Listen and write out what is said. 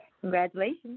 Congratulations